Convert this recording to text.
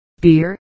beer